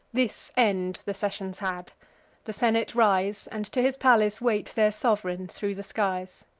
this end the sessions had the senate rise, and to his palace wait their sov'reign thro' the skies.